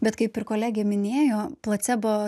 bet kaip ir kolegė minėjo placebo